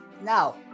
now